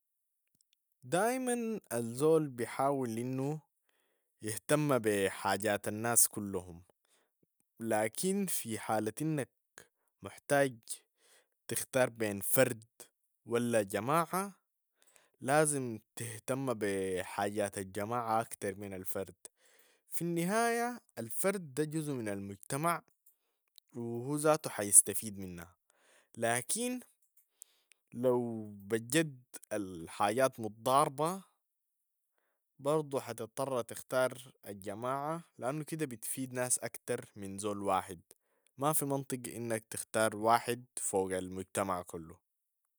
دايماً الزول بحاول أنو يهتم بي حاجات الناس كلهم، لكن في حالة أنك محتاج تختار بين فرد ولا جماعة، لازم تهتم بي حاجات الجماعة أكتر من الفرد، في النهاية الفرد ده جزء من المجتمع و هو ذاتو حيستفيد منها، لكن لو بجد الحاجات متضاربة برضو حتطر تختار الجماعة، لأنو كده بتفيد ناس اكتر من زول واحد، مافي منطق انك تختار واحد فوق المجتمع كلو.